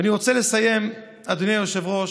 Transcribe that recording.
ואני רוצה לסיים, אדוני היושב-ראש.